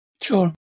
Sure